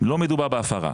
לא מדובר בהפרה.